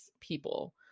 people